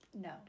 No